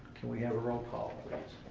can we have a role call,